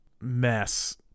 mess